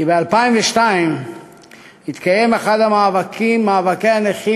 כי ב-2002 התקיים אחד ממאבקי הנכים,